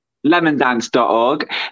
Lemondance.org